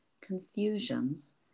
confusions